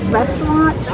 restaurant